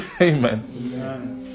Amen